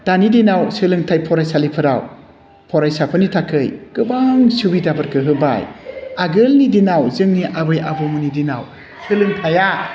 दानि दिनाव सोलोंथाइ फरायसालिफोराव फरायसाफोरनि थाखाय गोबां सुबिदाफोरखौ होबाय आगोलनि दिनाव जोंनि आबै आबौमोननि दिनाव सोलोंथाइया